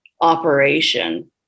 operation